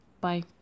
Bye